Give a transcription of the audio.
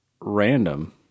random